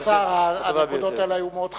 כבוד השר, הנקודות האלה היו מאוד חשובות,